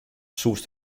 soest